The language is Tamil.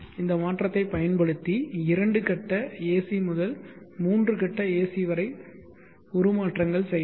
இந்த மாற்றத்தைப் பயன்படுத்தி இரண்டு கட்ட ஏசி முதல் 3 கட்ட ஏசி வரை உருமாற்றங்கள் செய்யலாம்